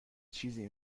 چیزی